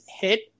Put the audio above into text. hit